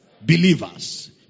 believers